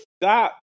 stop